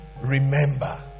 remember